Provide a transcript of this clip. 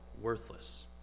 worthless